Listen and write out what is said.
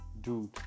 dude